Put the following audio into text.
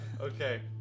Okay